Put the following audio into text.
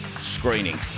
screening